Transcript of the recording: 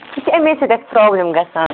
یہِ چھِ اَمے سۭتۍ اَسہِ پرٛابلِم گَژھان